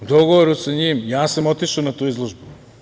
U dogovoru sa njim, ja sam otišao na tu izložbu.